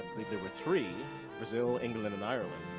they were three brazil, england, and ireland.